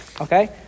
Okay